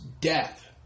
Death